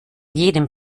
jedem